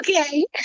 Okay